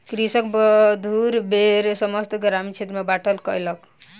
कृषक मधुर बेर समस्त ग्रामीण क्षेत्र में बाँटलक कयलक